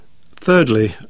Thirdly